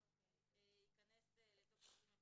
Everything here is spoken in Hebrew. ייכנס לתוך ימי הפרסום.